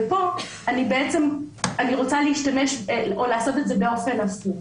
ופה אני רוצה לעשות את זה באופן הפוך.